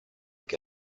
che